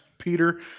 Peter